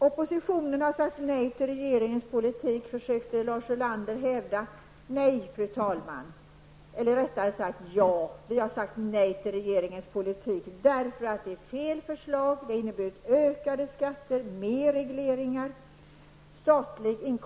Oppositionen har sagt nej till regeringens politik, hävdade Lars Ulander. Ja, vi har sagt nej till regeringens politik därför att det är fråga om fel förslag. Den statliga inkomstpolitiken har inneburit höjda skatter och mer av regleringar.